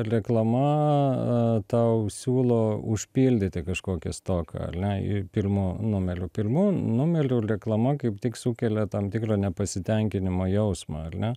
reklama a tau siūlo užpildyti kažkokią stoką ne i pirmu numeliu pirmu numeliu reklama kaip tik sukelia tam tikrą nepasitenkinimo jausmą ar ne